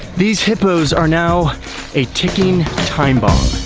these hippos are now a ticking time bomb.